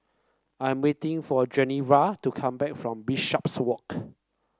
I'm waiting for Genevra to come back from Bishopswalk